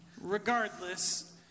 Regardless